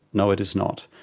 no it is not.